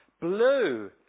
blue